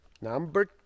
Number